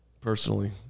personally